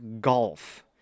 golf